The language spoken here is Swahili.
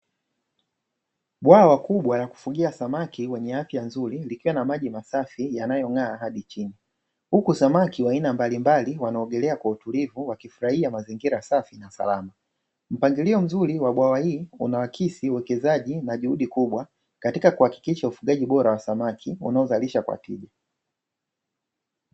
Bwawa kubwa la kufugia samaki wenye afya nzuri likiwa na maji safi yanayong'aa hadi chini, huku samaki wa aina mbalimbali wanaogelea kwa utulivu wakifurahia mazingira safi na salama. Mpangilio mzuri wa bwawa hili unaakisi uwekezaji na juhudi kubwa katika kuhakikisha ufugaji bora wa samaki wanaozalishwa kwa tija.